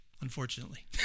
Unfortunately